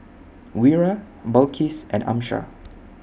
Wira Balqis and Amsyar